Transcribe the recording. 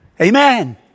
Amen